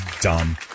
dumb